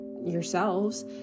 yourselves